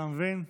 אתה מבין?